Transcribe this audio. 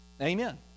Amen